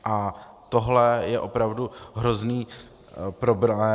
A tohle je opravdu hrozný problém.